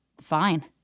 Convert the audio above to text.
Fine